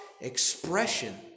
expression